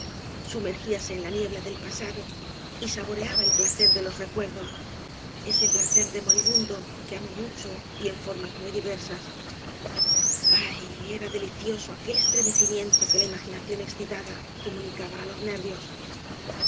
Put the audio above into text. sumergíase en la niebla del pasado y saboreaba el placer de los recuerdos ese placer de moribundo que amó mucho y en formas muy diversas ay era delicioso aquel estremecimiento que la imaginación excitada comunicaba á los nervios